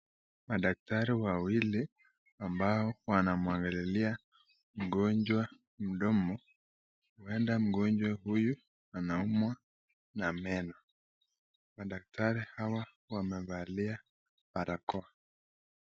Madaktari wawili ambao wanamwangalilia mgonjwa mdomo, uenda mgonjwa huyu anaumwa na meno na daktari hawa wamefalia barakoa.